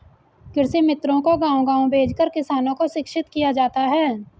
कृषि मित्रों को गाँव गाँव भेजकर किसानों को शिक्षित किया जाता है